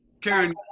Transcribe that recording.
Karen